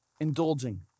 indulging